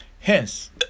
Hence